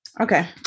Okay